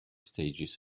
stages